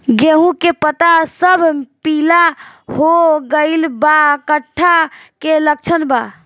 गेहूं के पता सब पीला हो गइल बा कट्ठा के लक्षण बा?